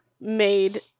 made